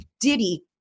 Diddy